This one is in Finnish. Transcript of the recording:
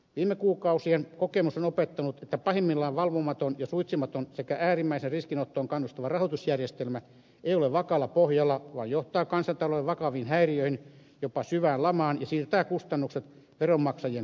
viime kuukausien kokemus on opettanut että pahimmillaan valvomaton ja suitsimaton sekä äärimmäiseen riskinottoon kannustava rahoitusjärjestelmä ei ole vakaalla pohjalla vaan johtaa kansantalouden vakaviin häiriöihin jopa syvään lamaan ja siirtää kustannukset veronmaksajien kannettavaksi